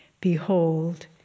Behold